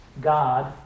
God